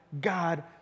God